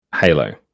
Halo